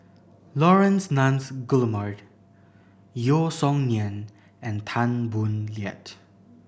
Laurence Nunns Guillemard Yeo Song Nian and Tan Boo Liat